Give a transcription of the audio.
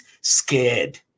scared